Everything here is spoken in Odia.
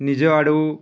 ନିଜ ଆଡ଼ୁ